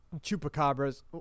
chupacabras